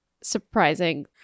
surprising